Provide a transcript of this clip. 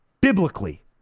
biblically